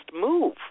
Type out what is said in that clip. move